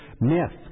myth